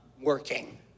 working